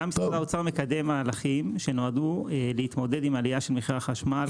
גם שר האוצר מקדם מהלכים שנועדו להתמודד עם העלייה במחירי החשמל,